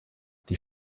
die